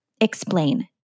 explain